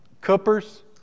Cooper's